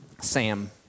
Sam